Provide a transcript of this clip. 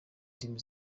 ndimi